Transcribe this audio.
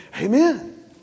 Amen